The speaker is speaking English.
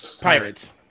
Pirates